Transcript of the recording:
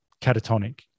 catatonic